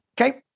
Okay